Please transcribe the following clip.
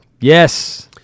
yes